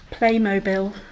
Playmobil